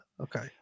Okay